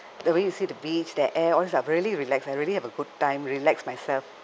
the way you see the beach the air all these are really relax I really have a good time relax myself